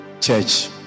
church